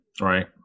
Right